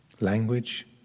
language